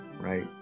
right